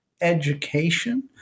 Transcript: education